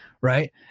right